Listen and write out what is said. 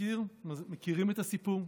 מכירים את הסיפור?